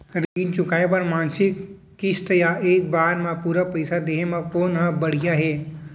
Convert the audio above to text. ऋण चुकोय बर मासिक किस्ती या एक बार म पूरा पइसा देहे म कोन ह बढ़िया हे?